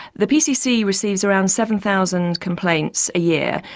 the pcc receives around seven thousand complaints a year.